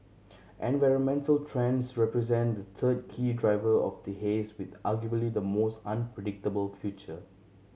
environmental trends represent the third key driver of the haze with arguably the most unpredictable future